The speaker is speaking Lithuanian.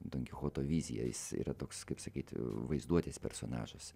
donkichoto viziją jis yra toks kaip sakyt vaizduotės personažas